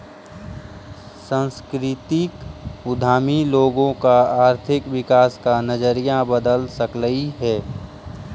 सांस्कृतिक उद्यमी लोगों का आर्थिक विकास का नजरिया बदल सकलई हे